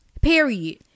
Period